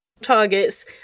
targets